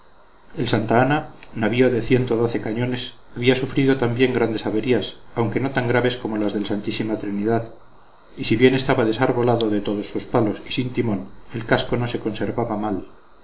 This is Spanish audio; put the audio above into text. el santa ana navío de cañones había sufrido también grandes averías aunque no tan graves como las del santísima trinidad y si bien estaba desarbolado de todos sus palos y sin timón el casco no se conservaba mal